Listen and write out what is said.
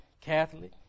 Catholic